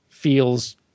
feels